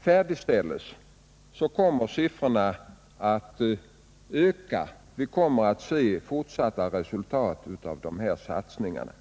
färdigställs kommer siffrorna att stiga; vi kommer att få se fortsatta resultat av dessa satsningar.